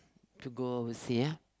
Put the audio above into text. to go oversea ah